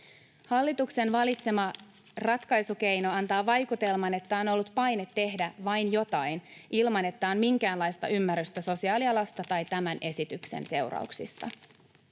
Hallituksen valitsema ratkaisukeino antaa vaikutelman, että on ollut paine tehdä vain jotain, ilman että on minkäänlaista ymmärrystä sosiaalialasta tai tämän esityksen seurauksista.